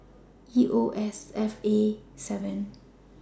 EOSFA seven